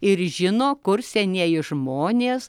ir žino kur senieji žmonės